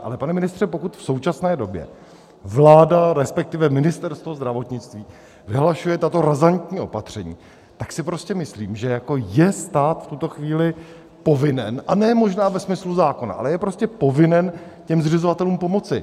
Ale pane ministře, pokud v současné době vláda, resp. Ministerstvo zdravotnictví, vyhlašuje tato razantní opatření, tak si prostě myslím, že je stát v tuto chvíli povinen, a nejen možná ve smyslu zákona, ale je prostě povinen těm zřizovatelům pomoci.